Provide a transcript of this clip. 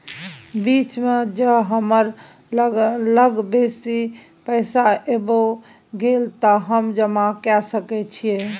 बीच म ज हमरा लग बेसी पैसा ऐब गेले त हम जमा के सके छिए की?